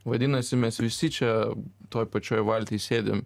vadinasi mes visi čia toj pačioj valty sėdim